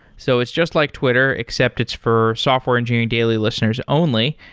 so it's just like twitter, except it's for software engineering daily listeners only,